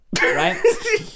right